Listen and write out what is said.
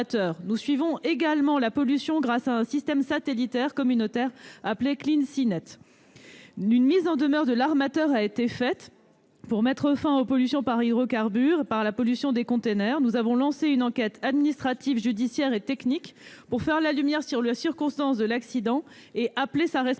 Nous suivons également la pollution avec un système satellitaire communautaire appelé CleanSeaNet. Une mise en demeure a été adressée à l'armateur pour qu'il mette fin aux pollutions par hydrocarbures et à la pollution par les conteneurs, et nous avons lancé une enquête administrative, judiciaire et technique pour faire la lumière sur les circonstances de l'accident et en appeler à sa responsabilité.